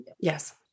Yes